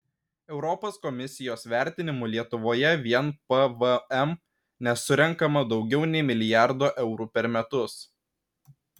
europos komisijos vertinimu lietuvoje vien pvm nesurenkama daugiau nei milijardo eurų per metus